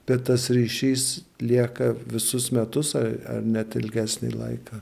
bet tas ryšys lieka visus metus ar net ilgesnį laiką